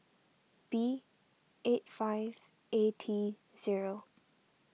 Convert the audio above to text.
B eight five A T zero